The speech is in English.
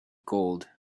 gold